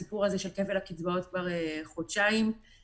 חודש כבר לכנסת - שממנו אמור להיגזר גם הסכום הזה.